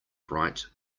bright